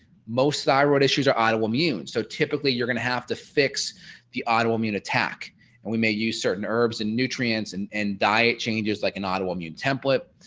most thyroid issues are autoimmune so typically you're going to have to fix the autoimmune attack and we may use certain herbs and nutrients and and diet changes like an autoimmune template,